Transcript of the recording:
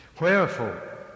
Wherefore